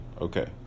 Okay